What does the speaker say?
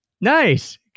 Nice